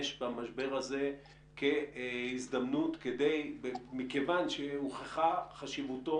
במשבר הזה כהזדמנות מכיוון שהוכחה חשיבותה,